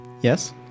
Yes